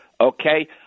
okay